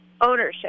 ownership